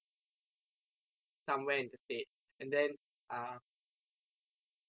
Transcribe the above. somewhere in the state and then um